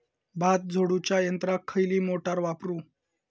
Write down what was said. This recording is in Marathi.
भात झोडूच्या यंत्राक खयली मोटार वापरू?